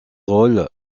rôles